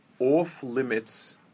off-limits